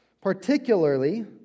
particularly